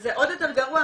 וזה עוד יותר גרוע,